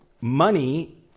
money